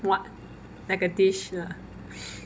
like a dish lah